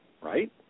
right